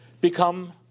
become